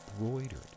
embroidered